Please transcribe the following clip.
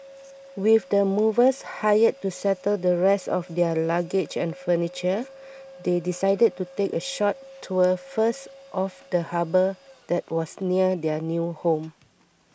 with the movers hired to settle the rest of their luggage and furniture they decided to take a short tour first of the harbour that was near their new home